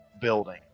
building